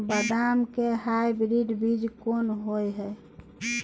बदाम के हाइब्रिड बीज कोन होय है?